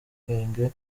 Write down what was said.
mpungenge